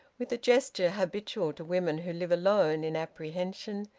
with the gesture habitual to women who live alone in apprehension,